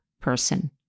person